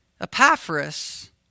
Epaphras